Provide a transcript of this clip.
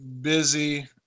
busy